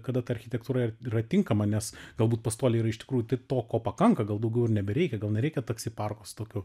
kada ta architektūra yra tinkama nes galbūt pastoliai yra iš tikrų to ko pakanka gal daugiau ir nebereikia gal nereikia taksi parko su tokiu